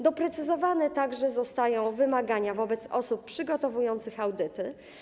Doprecyzowane także zostają wymagania wobec osób przygotowujących audyty.